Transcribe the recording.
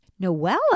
Noella